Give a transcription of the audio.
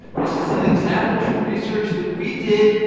this is an example from research that we did,